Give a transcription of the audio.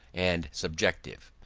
and subjective.